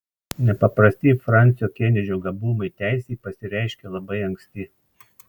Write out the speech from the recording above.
nepaprasti fransio kenedžio gabumai teisei pasireiškė labai anksti